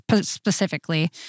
specifically